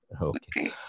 Okay